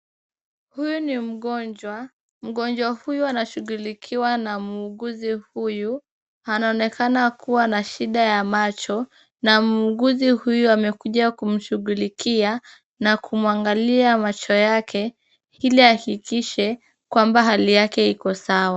Huyu ni mgonjwa, mgonjwa huyu anashughulikiwa na muuguzi huyu, anaonekana kuwa na shida ya macho na muuguzi huyu amekuja kumshughulikia na kumwangalia macho yake ili ahakikishe kwamba hali yake iko sawa.